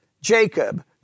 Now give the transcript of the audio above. Jacob